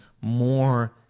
more